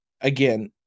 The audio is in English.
again